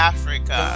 Africa